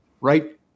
right